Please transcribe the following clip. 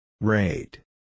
Rate